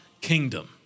kingdom